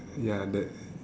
ya the